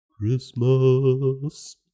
Christmas